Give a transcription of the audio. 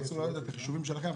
תעשו את החישובים שלכם.